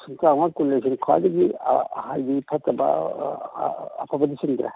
ꯂꯤꯁꯤꯡ ꯇ꯭ꯔꯥꯡꯉꯥ ꯀꯨꯟꯑꯁꯤꯗꯤ ꯈ꯭ꯋꯥꯏꯗꯒꯤ ꯍꯥꯏꯗꯤ ꯐꯠꯇꯕ ꯑꯐꯕꯗꯤ ꯆꯤꯡꯗ꯭ꯔꯦ